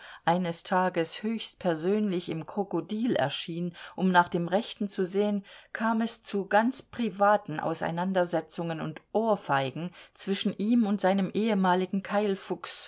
eines tages höchst persönlich im krokodil erschien um nach dem rechten zu sehen kam es zu ganz privaten auseinandersetzungen und ohrfeigen zwischen ihm und seinem ehemaligen